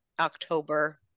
October